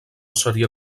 seria